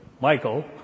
Michael